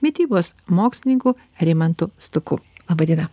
mitybos mokslininku rimantu stuku laba diena